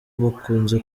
bakunze